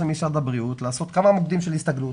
משרד הבריאות לעשות כמה מוקדים של הסתגלות,